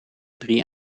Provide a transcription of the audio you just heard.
drie